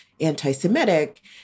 anti-Semitic